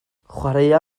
chwaraea